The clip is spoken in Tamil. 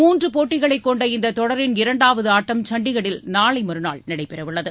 மூன்று போட்டிகளைக் கொண்ட இந்தத் தொடரின் இரண்டாவது ஆட்டம் சண்டிகரில் நாளை மறுநாள் நடைபெறவுள்ளது